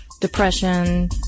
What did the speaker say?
depression